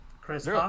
Chris